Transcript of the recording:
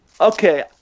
Okay